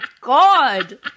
God